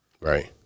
Right